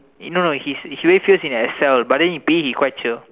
no no he very fierce in Excel but in P_E he quite chill